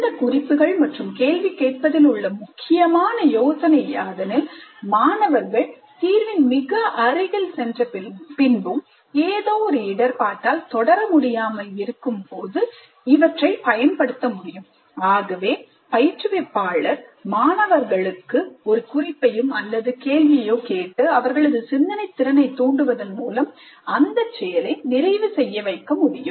இந்த குறிப்புகள் மற்றும் கேள்வி கேட்பதில் உள்ள முக்கியமான யோசனை யாதெனில் மாணவர்கள் தீர்வின் மிக அருகில் சென்ற பின்பும் ஏதோ ஒரு இடர்பாட்டால் தொடரமுடியாமல் இருக்கும்போது பயன்படுத்த முடியும் ஆகவே பயிற்றுவிப்பாளர் மாணவர்களுக்கு ஒரு குறிப்பையும் அல்லது கேள்வி கேட்டு அவர்களது சிந்தனை திறனை தூண்டுவதன் மூலம் அந்தச் செயலை நிறைவு செய்ய முடியும்